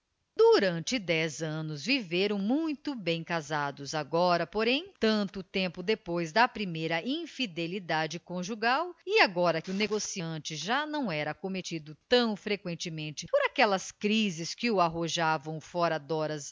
durante dez anos viveram muito bem casados agora porém tanto tempo depois da primeira infidelidade conjugal e agora que o negociante já não era acometido tão freqüentemente por aquelas crises que o arrojavam fora